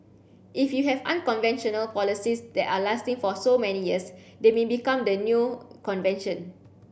if you have unconventional policies that are lasting for so many years they may become the new convention